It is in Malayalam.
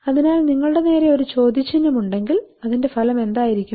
അതിനാൽ നിങ്ങളുടെ നേരെ ഒരു ചോദ്യചിഹ്നം ഉണ്ടെങ്കിൽ അതിന്റെ ഫലം എന്തായിരിക്കും